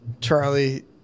charlie